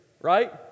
right